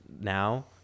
now